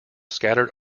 scattered